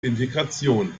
integration